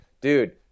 dude